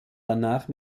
danach